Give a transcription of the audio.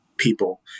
people